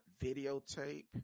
videotape